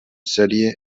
sèrie